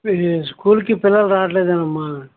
ఈ స్కూల్కి పిల్లలు రావట్లేదేమ్మ